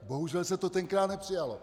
Bohužel se to tenkrát nepřijalo.